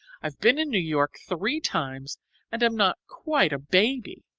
i've been in new york three times and am not quite a baby.